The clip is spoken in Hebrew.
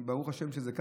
ברוך השם שזה ככה,